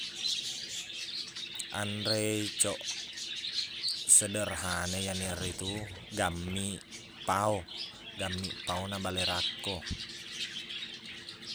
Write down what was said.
Anre coq sederhana i iyana ritu gammiq pao gammiq pao na bale rakko